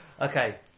Okay